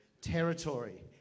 territory